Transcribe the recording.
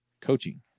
coaching